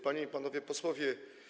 Panie i Panowie Posłowie!